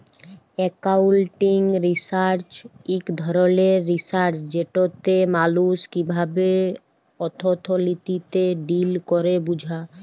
accounting research ইক ধরলের research যেটতে মালুস কিভাবে অথ্থলিতিতে ডিল ক্যরে বুঝা